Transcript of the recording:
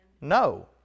no